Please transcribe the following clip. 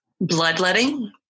bloodletting